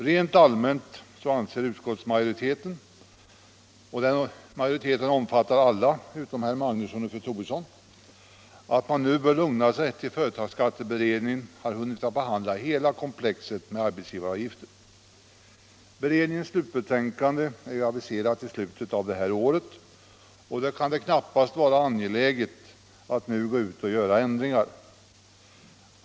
Rent allmänt anser utskottsmajoriteten — och den majoriteten omfattar alla utom herr Magnusson i Borås och fru Troedsson — att man nu bör lugna sig tills företagsskatteberedningen har hunnit behandla hela komplexet med arbetsgivaravgiften. Beredningens slutbetänkande är aviserat till slutet av det här året, och då kan det knappast vara angeläget att nu företa några ändringar.